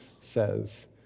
says